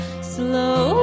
slow